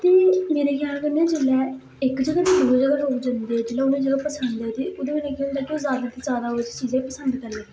ते मेरे ख्याल कन्नै जेल्लै इक जगह ते दूऐ जगह लोक जंदे जेल्लै उनें जगह पसंद ऐ ते ओह्दे कन्नै केह् होंदा कि ओह् जादा को जादा उस चीजां गी पसंद करदे